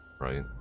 Right